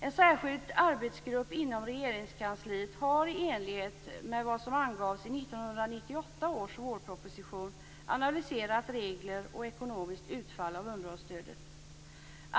En särskild arbetsgrupp inom Regeringskansliet har, i enlighet med vad som angavs i 1998 års vårproposition, analyserat regler och ekonomiskt utfall av underhållsstödet.